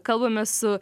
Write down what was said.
kalbamės su